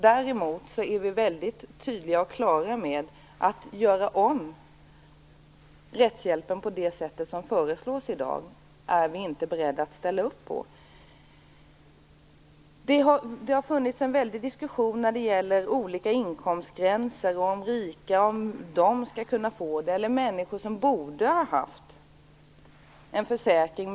Däremot kan jag säga att vi är väldigt tydliga när det gäller rättshjälpen. Att göra om den på föreslaget sätt är något som vi inte är beredda att ställa upp på. Det har varit en omfattande diskussion om olika inkomstgränser, om möjligheterna för dem som är rika och om människor som borde ha haft en försäkring.